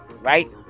right